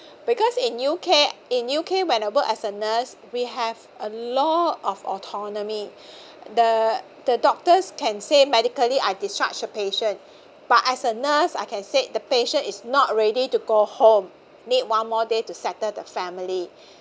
because in U_K in U_K when I work as a nurse we have a lot of autonomy the the doctors can say medically I discharge a patient but as a nurse I can say the patient is not ready to go home need one more day to settle the family